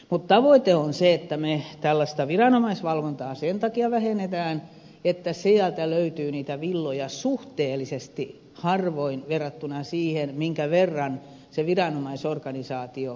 mutta tavoite on se että me tällaista viranomaisvalvontaa sen takia vähennämme että sieltä löytyy niitä villoja suhteellisesti harvoin verrattuna siihen minkä verran se viranomaisorganisaatio maksaa